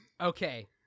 Okay